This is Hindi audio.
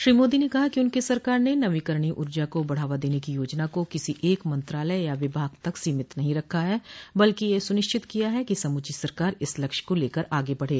श्री मोदी ने कहा कि उनकी सरकार ने नवीकरणीय ऊर्जा को बढ़ावा देने की योजना को किसी एक मंत्रालय या विभाग तक सीमित नहीं रखा है बल्कि यह सुनिश्चित किया है कि समूची सरकार इस लक्ष्य को लेकर आगे बढ़े